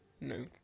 no